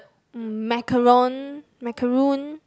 macaroon macaroon